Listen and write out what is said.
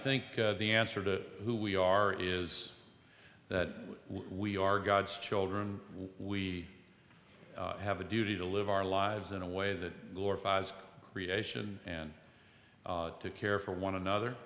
think the answer to who we are is that we are god's children why we have a duty to live our lives in a way that glorifies creation and to care for one another